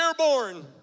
Airborne